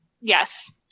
Yes